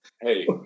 hey